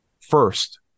first